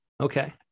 Okay